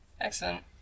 Excellent